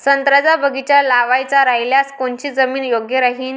संत्र्याचा बगीचा लावायचा रायल्यास कोनची जमीन योग्य राहीन?